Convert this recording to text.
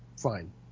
fine